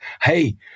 hey